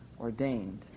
ordained